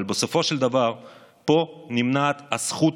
אבל בסופו של דבר פה נמנעת הזכות